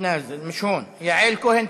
מתנאזל, מיש הון, יעל כהן-פארן,